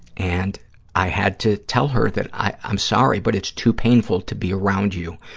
and i had to tell her that i, i'm sorry, but it's too painful to be around you,